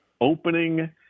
opening